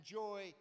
joy